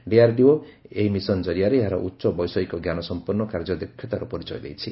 DRDO ଏହି mission ଜରିଆରେ ଏହାର ଉଚ୍ଚବୈଷୟିକ ଜ୍ଞାନ ସମ୍ପନ୍ଧ କାର୍ଯ୍ୟଦକ୍ଷତାର ପରିଚୟ ଦେଇଛି